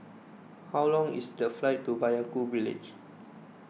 how long is the flight to Vaiaku Village